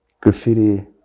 graffiti